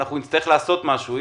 אנחנו נצטרך לעשות משהו.